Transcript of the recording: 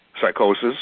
Psychosis